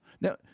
Now